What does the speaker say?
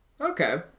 Okay